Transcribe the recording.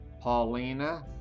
Paulina